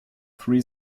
three